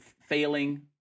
failing